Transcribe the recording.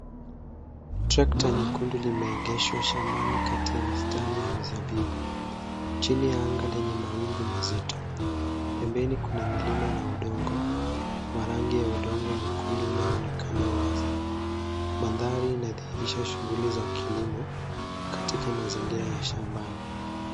Trekta nyekundu limeegeshwa shambani kati ya mistari ya mizabibu, chini ya anga lenye mawingu mazito. Pembeni kuna milima na udongo wa rangi ya udongo mwekundu unaoonekana wazi. Mandhari inadhihirisha shuguli za kilimo katika mazingira ya shambani.